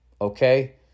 Okay